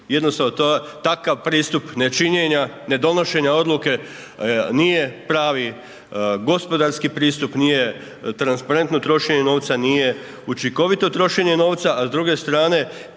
Jednostavno, takav pristup nečinjenja, nedonošenja odluke nije pravi gospodarski pristup, nije transparentno trošenje novca, nije učinkovito trošenje novca, a s druge strane,